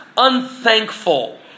unthankful